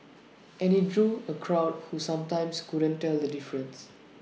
and he drew A crowd who sometimes couldn't tell the difference